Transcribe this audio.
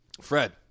Fred